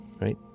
Right